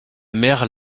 mère